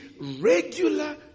regular